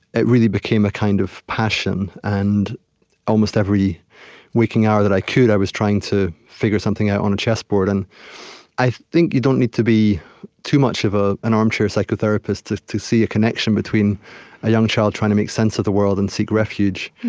it really became a kind of passion, and almost every waking hour that i could, i was trying to figure something out on a chess board. and i think you don't need to be too much of an armchair psychotherapist to to see a connection between a young child trying to make sense of the world and seek refuge,